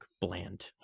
bland